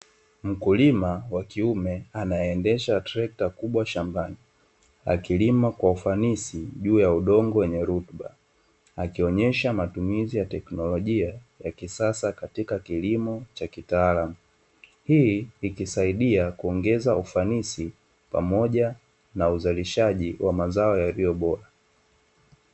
Mkulima wa kiume anayeendesha trekta kubwa shambani, akilima kwa ufanisi juu ya udongo wenye rutuba. Akionyesha matumizi ya teknolojia, ya kisasa katika kilimo cha kitaalamu. Hii ikisaidia kuongeza ufanisi, pamoja na uzalishaji wa mazao yaliyobora.